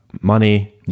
money